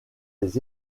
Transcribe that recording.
les